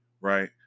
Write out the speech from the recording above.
Right